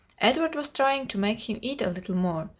edward was trying to make him eat a little more,